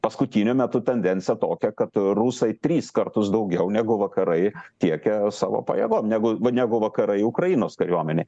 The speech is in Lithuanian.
paskutiniu metu tendencija tokia kad rusai tris kartus daugiau negu vakarai tiekia savo pajėgom negu negu vakarai į ukrainos kariuomenę